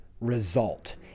result